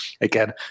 again